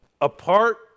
Apart